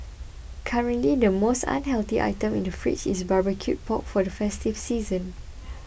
currently the most unhealthy item in the fridge is barbecued pork for the festive season